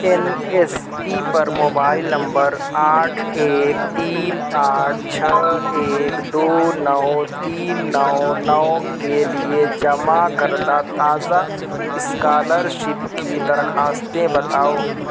N S P پر mobile number آٹھ ایک تین آٹھ چھ ایک دو نو تین نو نو کے لیے جمع کردہ تازہ اسکالرشپ کی درخواستیں بتاؤ